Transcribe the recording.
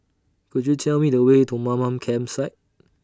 Could YOU Tell Me The Way to Mamam Campsite